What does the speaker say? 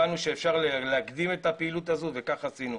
הבנו שאפשר להקדים את הפעילות הזו, וכך עשינו.